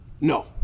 No